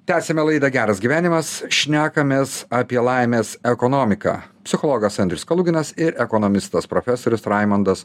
tęsiame laidą geras gyvenimas šnekamės apie laimės ekonomiką psichologas andrius kaluginas ir ekonomistas profesorius raimondas